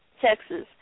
Texas